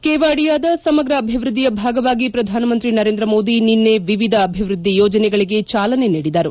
ಕೆವಾಡಿಯಾದ ಸಮಗ್ರ ಅಭಿವೃದ್ದಿಯ ಭಾಗವಾಗಿ ಪ್ರಧಾನಮಂತ್ರಿ ನರೇಂದ್ರ ಮೋದಿ ನಿನ್ನೆ ವಿವಿಧ ಅಭಿವೃದ್ದಿ ಯೋಜನೆಗಳಿಗೆ ಚಾಲನೆ ನೀಡಿದರು